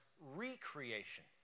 recreation